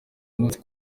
umunsi